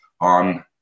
on